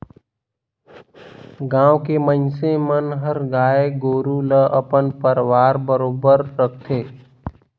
गाँव के मइनसे मन हर गाय गोरु ल अपन परवार बरोबर राखथे